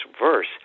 verse